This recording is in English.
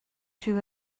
too